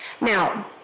Now